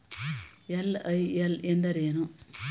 LIL ಎಂದರೇನು?